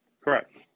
Correct